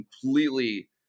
completely